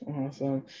Awesome